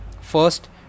First